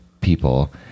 people